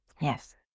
yes